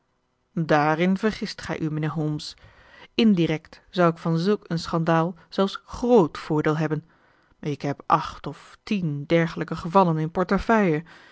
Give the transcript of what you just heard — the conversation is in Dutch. daarin vergist gij u mijnheer holmes indirect zou ik van zulk een schandaal zelfs groot voordeel hebben ik heb acht of tien dergelijke gevallen in portefeuille